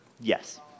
Yes